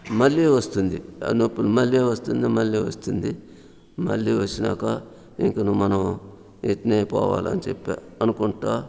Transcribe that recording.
మళ్లీ వస్తుంది ఆ నొప్పి మళ్ళీ వస్తుంది మళ్ళీ వస్తుంది మళ్ళీ వచ్చినాక ఇంక నువ్వు మనం ఇట్నే పోవాలి అని చెప్పా అనుకుంటా